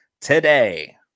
today